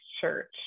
church